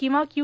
किंवा क्य्